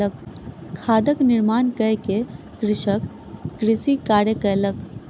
खादक निर्माण कय के कृषक कृषि कार्य कयलक